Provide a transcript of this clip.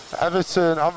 everton